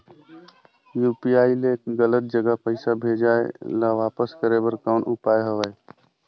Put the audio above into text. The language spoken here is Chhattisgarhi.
यू.पी.आई ले गलत जगह पईसा भेजाय ल वापस करे बर कौन उपाय हवय?